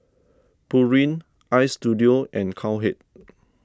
Pureen Istudio and Cowhead